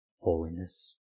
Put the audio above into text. holiness